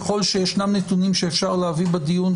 ככל שישנם נתונים שאפשר להביא בדיון,